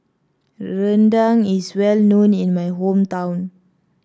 Rendang is well known in my hometown